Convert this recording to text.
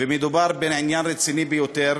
ומדובר בעניין רציני ביותר,